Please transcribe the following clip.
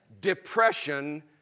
Depression